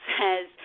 says